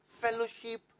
fellowship